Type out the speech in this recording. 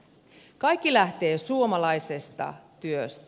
kaikki lähtee suomalaisesta työstä